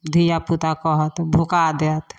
धियापुता कहत भूका देत